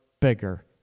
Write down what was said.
bigger